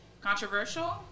Controversial